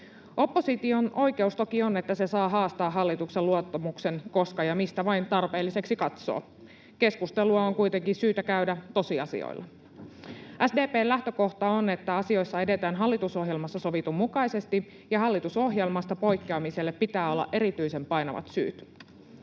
Opposition oikeus toki on, että se saa haastaa hallituksen luottamuksen koska ja mistä vain tarpeelliseksi katsoo. Keskustelua on kuitenkin syytä käydä tosiasioilla. SDP:n lähtökohta on, että asioissa edetään hallitusohjelmassa sovitun mukaisesti ja hallitusohjelmasta poikkeamiselle pitää olla erityisen painavat syyt.